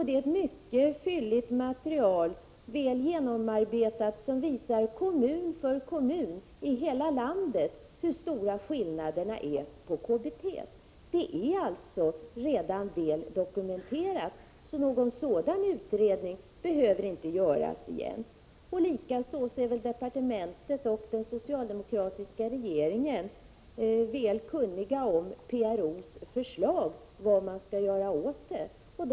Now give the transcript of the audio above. Det är ett mycket fylligt material, väl genomarbetat, som kommun för kommun i landet visar hur stora skillnaderna är i KBT. Det är alltså redan väl dokumenterat, så någon sådan utredning behöver inte göras igen. Likaså är departementet och den socialdemokratiska regeringen väl medvetna om PRO:s förslag till vad man skall göra åt saken.